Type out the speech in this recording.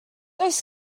oes